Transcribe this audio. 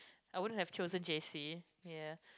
I wouldn't have chosen J_C ya